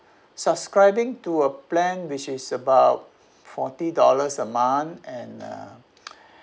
subscribing to a plan which is about forty dollars a month and uh